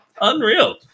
Unreal